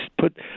put